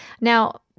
Now